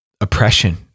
oppression